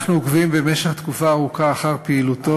אנחנו עוקבים במשך תקופה ארוכה אחר פעילותו